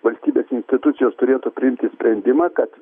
valstybės institucijos turėtų priimti sprendimą kad